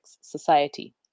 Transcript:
Society